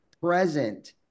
present